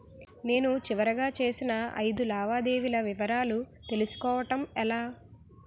నేను చివరిగా చేసిన ఐదు లావాదేవీల వివరాలు తెలుసుకోవటం ఎలా?